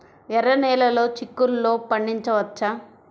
ఎర్ర నెలలో చిక్కుల్లో పండించవచ్చా?